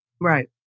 Right